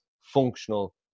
functional